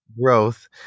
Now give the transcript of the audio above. Growth